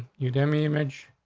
you damien image.